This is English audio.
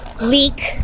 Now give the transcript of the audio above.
leak